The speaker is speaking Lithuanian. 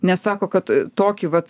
nes sako kad tokį vat